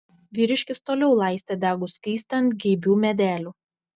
vyriškis toliau laistė degų skystį ant geibių medelių